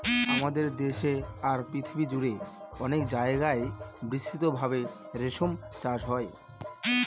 আমাদের দেশে আর পৃথিবী জুড়ে অনেক জায়গায় বিস্তৃত ভাবে রেশম চাষ হয়